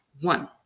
One